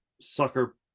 sucker